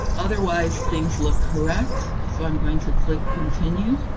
otherwise, things look correct, so i'm going to click continue.